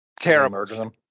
Terrible